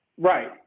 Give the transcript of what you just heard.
right